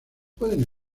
pueden